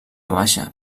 baixa